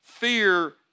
Fear